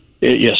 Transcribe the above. yes